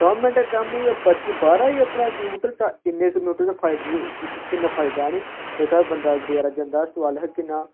द'ऊं मिन्टें च कम्म होई गेआ पर्ची बाह्र आई अपने आप कंप्यूटर चा इन्ने कंप्यूटर दे फायदे किन्ना फायदा ऐ निं जेह्का बंदा बचैरा जंदा अस्पताल किन्ना